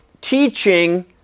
teaching